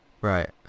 Right